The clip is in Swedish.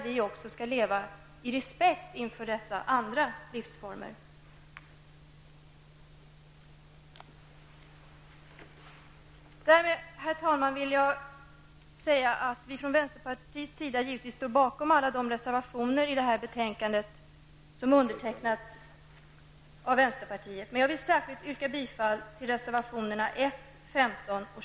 Vi skall leva med respekt för dessa andra livsformer. Herr talman! Jag vill därmed säga att vi från vänsterpartiets sida givetvis står bakom alla de reservationer i detta betänkande som har undertecknats av vänsterpartiet. Jag vill dock särskilt yrka bifall till reservationerna nr 1, 15 och